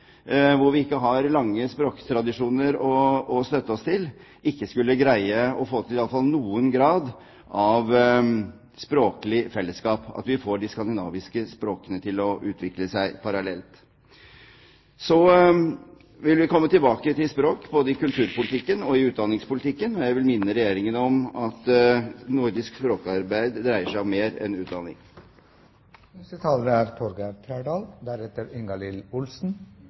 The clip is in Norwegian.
vi ikke har lange språktradisjoner å støtte oss til, skulle greie å få til i hvert fall noen grad av språklig fellesskap – og få de skandinaviske språkene til å utvikle seg parallelt. Vi vil komme tilbake til språk, både i kulturpolitikken og i utdanningspolitikken, og jeg vil minne Regjeringen om at nordisk språkarbeid dreier seg om mer enn